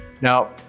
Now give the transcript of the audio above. Now